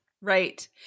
Right